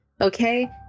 okay